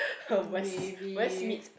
maybe